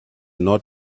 not